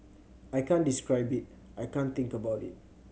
I can't describe it I can't think about it